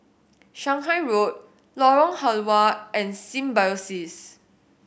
Shanghai Road Lorong Halwa and Symbiosis